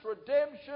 redemption